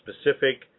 specific